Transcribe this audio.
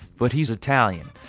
but he's italian.